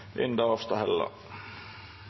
statsråd Hofstad Helleland.